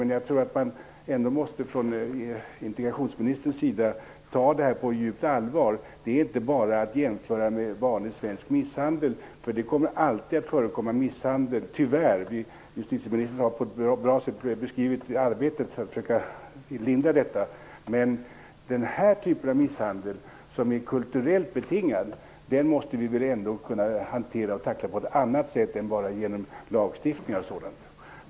Men jag tror att integrationsministern ändå måste ta det här på djupt allvar. Det går inte bara att jämföra med vanlig svensk misshandel. Det kommer tyvärr alltid att förekomma misshandel. Justitieministern har på ett bra sätt beskrivit arbetet för att minska misshandeln. Men den typ av misshandel som är kulturellt betingad måste vi kunna hantera på ett annat sätt, inte bara genom lagstiftning och sådant.